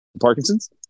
Parkinson's